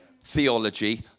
theology